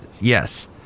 Yes